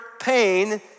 pain